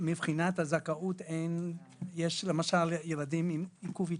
מבחינת הזכאות, יש ילדים למשל עם עיכוב התפתחותי,